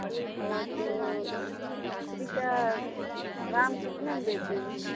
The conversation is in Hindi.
ठीक है तो मछली का दाम कितने में देते हैं